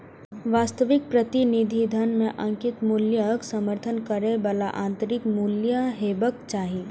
वास्तविक प्रतिनिधि धन मे अंकित मूल्यक समर्थन करै बला आंतरिक मूल्य हेबाक चाही